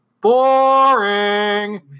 boring